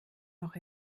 noch